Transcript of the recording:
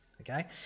okay